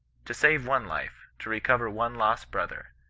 to save one life, to recover one lost brother,